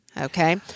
Okay